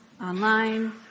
online